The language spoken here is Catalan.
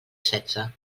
setze